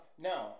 No